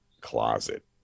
closet